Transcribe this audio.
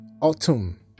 Autumn